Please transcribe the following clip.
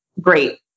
great